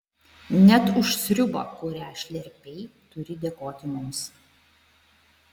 net už sriubą kurią šlerpei turi dėkoti mums